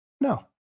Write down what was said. No